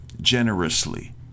generously